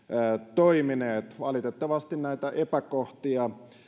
toimineet valitettavasti näitä epäkohtia